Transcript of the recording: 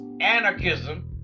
Anarchism